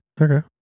Okay